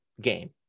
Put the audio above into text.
game